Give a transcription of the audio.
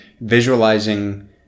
visualizing